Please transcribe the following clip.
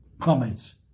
comments